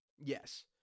Yes